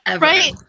Right